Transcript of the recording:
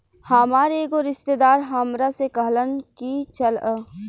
हामार एगो रिस्तेदार हामरा से कहलन की चलऽ